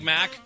Mac